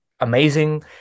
amazing